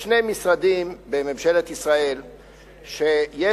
יש שני משרדים בממשלת ישראל שכבר,